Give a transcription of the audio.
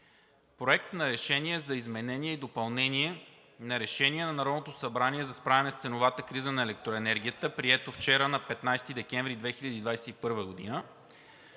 Проект на решение за изменение и допълнение на Решение на Народното събрание за справяне с ценовата криза на електроенергията, прието вчера, на 15 декември 2021 г.